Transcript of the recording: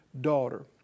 daughter